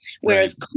whereas